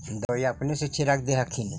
दबइया अपने से छीरक दे हखिन?